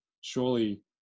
surely